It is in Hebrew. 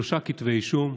שלושה כתבי אישום: